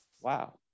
Wow